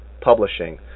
publishing